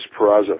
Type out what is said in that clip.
Peraza